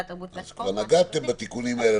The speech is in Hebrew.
אז כבר נגעתם בתיקונים האלה.